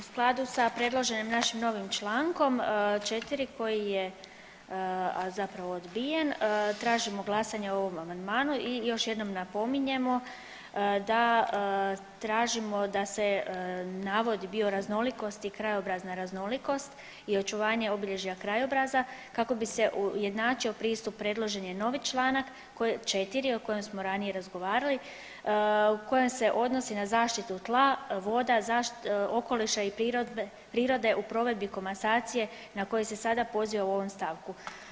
U skladu sa predloženim našim novim čl. 4. koji je zapravo odbijen tražimo glasanje o ovom amandmanu i još jednom napominjemo da tražimo da se navod bioraznolikosti i krajobrazna raznolikost i očuvanje obilježja krajobraza kako bi se ujednačio pristup predložen je novi čl. 4. o kojem smo ranije razgovarali u kojem se odnosi na zaštitu tla, voda, okoliša i prirode u provedbi komasacije na koje se sada poziva u ovom stavku.